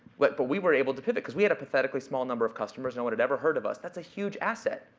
but but we were able to pivot because we had a pathetically small number of customers and no one had ever heard of us. that's a huge asset.